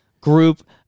group